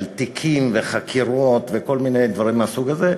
של תיקים וחקירות וכל מיני דברים מהסוג הזה,